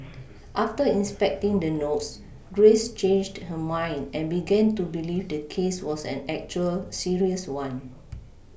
after inspecting the notes Grace changed her mind and began to believe the case was an actual serious one